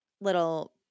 little